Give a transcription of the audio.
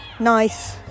Nice